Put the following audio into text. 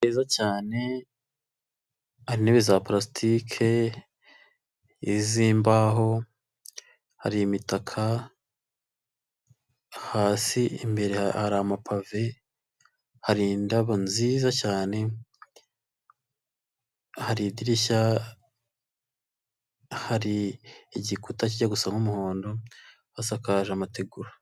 Ni heza cyane ihari intebe za pulastike ,iz'imbaho hari imitaka, hasi imbere hari amapave, hari indabo nziza cyane hari idirishya, hari igikuta kijya gusa nk'umuhondo hasakaje amategura.